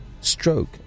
stroke